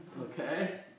Okay